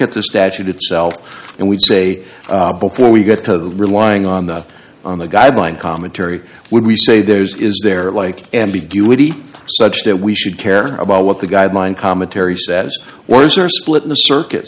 at the statute itself and we'd say before we get to relying on the on the guideline commentary would we say there's is there like ambiguity such that we should care about what the guideline cometary says words are split in the circuit